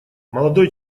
молодой